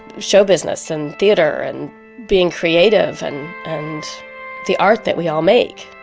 show business and theater and being creative and and the art that we all make.